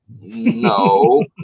no